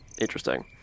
interesting